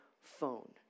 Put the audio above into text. phone